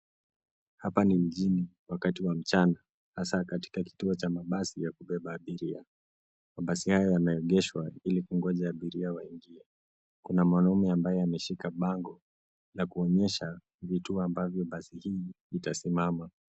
Hapa ni mjini wakati wa mchana hasa katika kituo cha mabasi ya kubeba abiria. Mabasi haya yameegeshwa ili kungoja abiria waingie. Kuna mwanaume ambaye ameshike bango la kuonyesha vituo ambavyo basi hii itasimama.